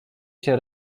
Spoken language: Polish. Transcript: się